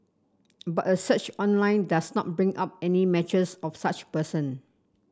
but a search online does not bring up any matches of such person